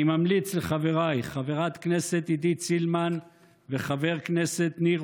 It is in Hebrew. אני ממליץ לחבריי חברת הכנסת עידית סילמן וחבר הכנסת ניר